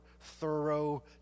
thorough